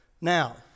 Now